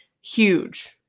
huge